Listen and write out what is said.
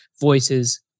voices